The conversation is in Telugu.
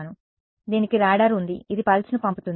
కాబట్టి దీనికి రాడార్ ఉంది ఇది పల్స్ను పంపుతుంది